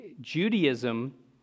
Judaism